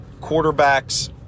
quarterbacks